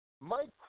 Mike